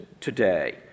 today